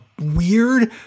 weird